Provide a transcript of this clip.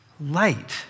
light